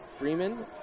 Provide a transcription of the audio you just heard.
Freeman